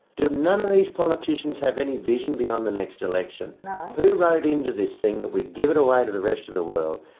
do none of these politicians have any vision beyond the next election? who wrote into this thing that we give it away to the rest of the world,